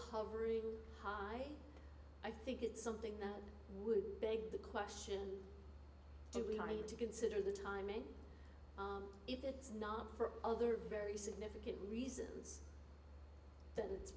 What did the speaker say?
hovering high i think it's something that would beg the question do we need to consider the timing if it's not for other very significant reasons that it's